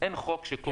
אין חוק שקובע.